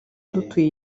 dutuye